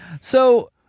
So-